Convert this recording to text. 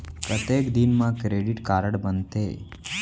कतेक दिन मा क्रेडिट कारड बनते?